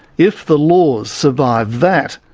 if the laws survive that,